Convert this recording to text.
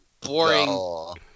boring